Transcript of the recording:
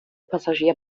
passagier